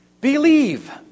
believe